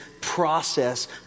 process